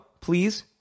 please